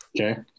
Okay